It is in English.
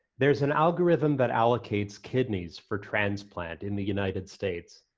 there's an algorithm that allocates kidneys for transplant in the united states.